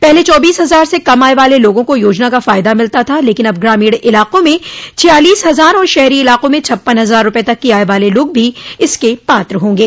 पहले चौबीस हजार से कम आय वाले लोगों को योजना का फायदा मिलता था लेकिन अब ग्रामीण इलाकों में छियालीस हजार और शहरी इलाकों में छप्पन हजार रूपये तक की आय वाले लोग भी इसके पात्र होंगे